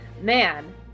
man